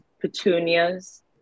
petunias